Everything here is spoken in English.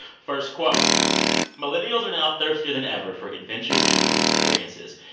first quote millennials are now thirstier than ever for adventures and new experiences.